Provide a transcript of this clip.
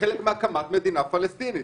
כחלק מהקמת מדינה פלסטינית?